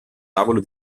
tavolo